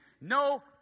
No